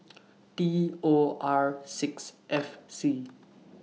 D O R six F C